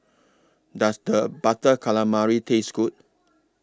Does The Butter Calamari Taste Good